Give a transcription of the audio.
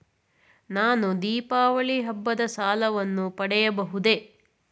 ನಾನು ದೀಪಾವಳಿ ಹಬ್ಬದ ಸಾಲವನ್ನು ಪಡೆಯಬಹುದೇ?